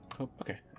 okay